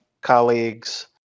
colleagues